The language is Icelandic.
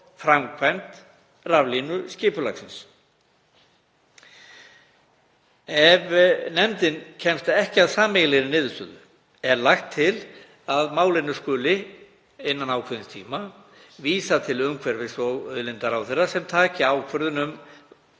framkvæmd raflínuskipulagsins. Ef nefndin kemst ekki að sameiginlegri niðurstöðu er lagt til að málinu skuli innan ákveðins tíma vísað til umhverfis- og auðlindaráðherra sem taki ákvörðun um